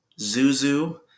Zuzu